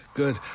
good